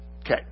Okay